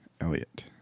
Elliot